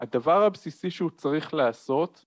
‫הדבר הבסיסי שהוא צריך לעשות...